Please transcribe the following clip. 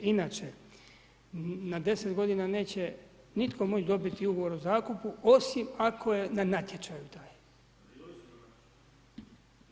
Inače, na 10 godina neće nitko moći dobiti ugovor o zakupu, osim ako je na natječaju taj.